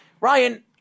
Ryan